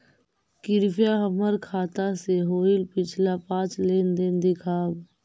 कृपा हमर खाता से होईल पिछला पाँच लेनदेन दिखाव